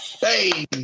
Hey